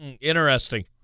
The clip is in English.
Interesting